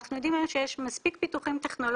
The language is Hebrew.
אנחנו יודעים היום שיש מספיק פיתוחים טכנולוגיים,